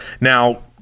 Now